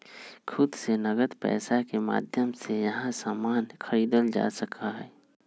खुद से नकद पैसा के माध्यम से यहां सामान खरीदल जा सका हई